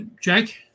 Jack